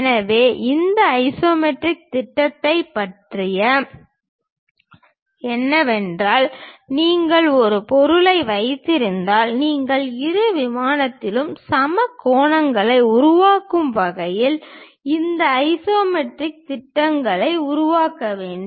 எனவே இந்த ஐசோமெட்ரிக் திட்டத்தைப் பற்றியது என்னவென்றால் நீங்கள் ஒரு பொருளை வைத்திருந்தால் நீங்கள் இரு விமானங்களிலும் சம கோணங்களை உருவாக்கும் வகையில் இந்த ஐசோமெட்ரிக் திட்டத்தை உருவாக்க வேண்டும்